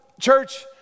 Church